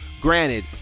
granted